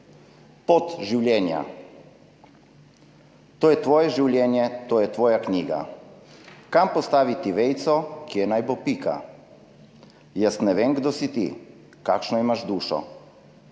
»Pot življenja. To je tvoje življenje, to je tvoja knjiga. Kam postaviti vejico, kje naj bo pika? Jaz ne vem, kdo si ti, kakšno imaš dušo.